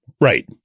Right